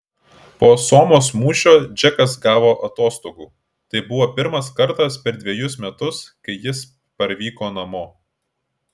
po somos mūšio džekas gavo atostogų tai buvo pirmas kartas per dvejus metus kai jis parvyko namo